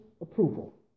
approval